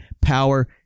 power